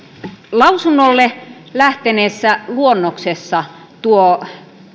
lausunnolle lähteneessä luonnoksessa tuo